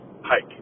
hike